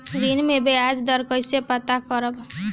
ऋण में बयाज दर कईसे पता करब?